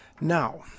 Now